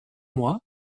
moi